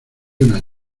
una